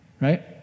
Right